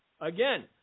Again